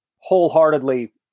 wholeheartedly